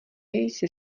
jsi